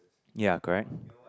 ya correct